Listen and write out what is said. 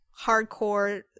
hardcore